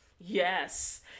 yes